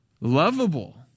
lovable